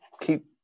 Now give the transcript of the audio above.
keep